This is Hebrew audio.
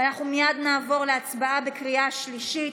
אנחנו מייד נעבור להצבעה בקריאה שלישית.